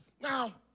Now